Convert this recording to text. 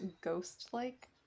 ghost-like